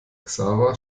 xaver